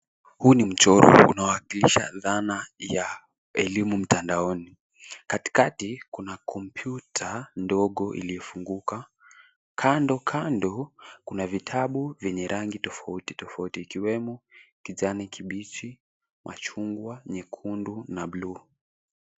Huu ni mchoro unaowakilisha dhana ya elimu mtandaoni. Katikati kuna kompyuta ndogo iliyofunguka. Kando kando kuna vitabu vyenye rangi tofauti tofauti ikiwemo kijani kibichi, machungwa, nyekundu na bluu.